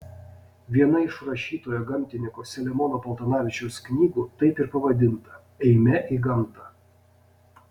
viena iš rašytojo gamtininko selemono paltanavičiaus knygų taip ir pavadinta eime į gamtą